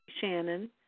Shannon